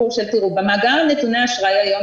במאגר נתוני אשראי היום,